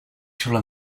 xiula